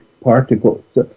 particles